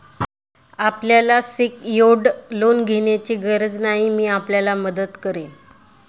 आपल्याला secured loan घेण्याची गरज नाही, मी आपल्याला मदत करेन